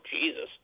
Jesus